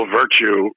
virtue